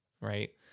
right